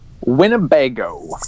Winnebago